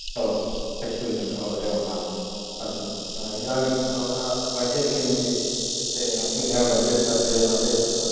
ओ X U V O एवं वा अस्तु इदानीं भवतः बज्जेट् किम् इति इत्युक्ते अस्मिन्नेव बज्जेट्मध्ये अपेक्षितम्